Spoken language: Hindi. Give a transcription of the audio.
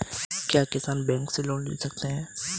क्या किसान बैंक से लोन ले सकते हैं?